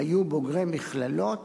היו בוגרי מכללות